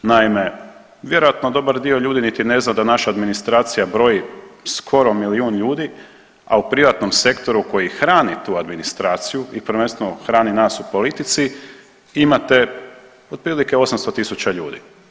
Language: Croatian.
Naime, vjerojatno dobar dio ljudi niti ne zna da naša administracija broji skoro milijun ljudi, a u privatnom sektoru koji hrani tu administraciju i prvenstveno hrani nas u politici imate otprilike 800.000 ljudi.